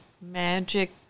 magic